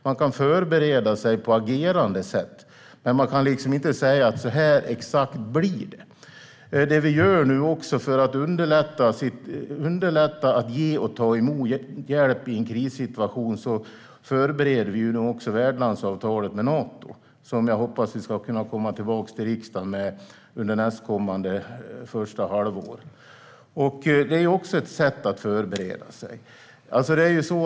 Man kan förbereda sig på agerandesätt, men man kan inte säga att exakt så här blir det. För att underlätta att ge och ta emot hjälp i en krissituation förbereder vi också värdlandsavtalet med Nato, och jag hoppas att vi ska kunna komma tillbaka till riksdagen med det under nästkommande halvår. Det är också ett sätt att förbereda sig.